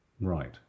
Right